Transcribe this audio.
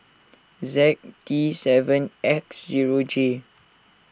Z T seven X zero J